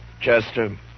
Chester